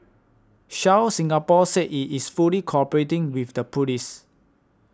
shell Singapore said it is fully cooperating with the police